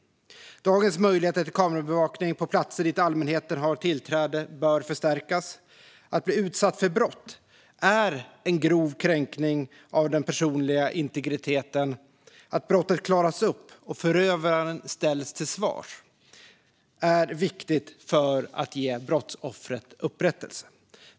Dagens möjlighet till kamerabevakning på platser där allmänheten har tillträde bör förstärkas. Att bli utsatt för brott är en grov kränkning av den personliga integriteten. Att brottet klaras upp och förövaren ställs till svars är viktigt för att ge brottsoffret upprättelse.